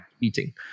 eating